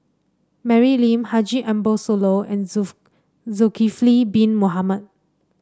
Mary Lim Haji Ambo Sooloh and Zulkifli Bin Mohamed